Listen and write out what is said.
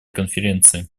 конференции